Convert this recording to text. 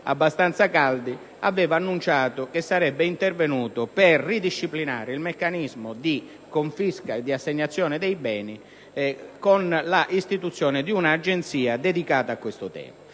abbastanza caldi, aveva annunciato che sarebbe intervenuto per ridisciplinare il meccanismo di confisca e di assegnazione dei beni con l'istituzione di un'agenzia dedicata. Questa